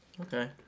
Okay